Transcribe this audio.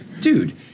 dude